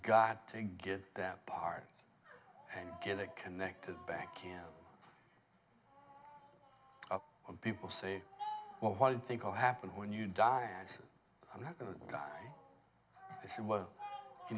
got to get them part and get it connected bank him up when people say well why do you think will happen when you die and i'm not going to die i